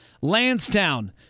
Lansdowne